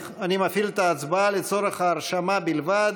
אני מפעיל את ההצבעה לצורך הרשמה בלבד.